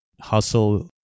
Hustle